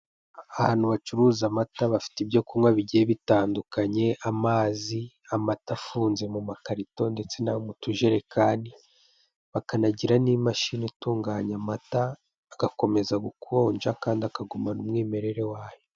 Ahantu bacuruza amata bafite ibyo kunywa bigiye bitandukanye amazi, amata afunze mu makarito ndetse nayo mutujerekani bakanagira n'imashini itunganya amata agakomeza gukonja kandi akagumana umwimerere wayo.